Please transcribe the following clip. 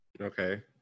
Okay